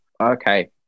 Okay